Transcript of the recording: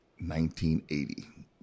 1980